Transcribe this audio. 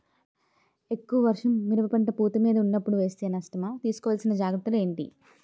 ఎక్కువ వర్షం మిరప పంట పూత మీద వున్నపుడు వేస్తే నష్టమా? తీస్కో వలసిన జాగ్రత్తలు ఏంటి?